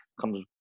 comes